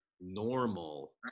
normal